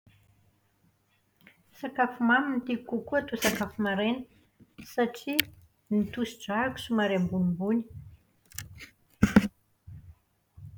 Sakafo mamy no tiako kokoa atao sakafo maraina. Satria ny tosidràko somary ambonimbony.